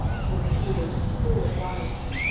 for she is full of wiles.